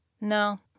No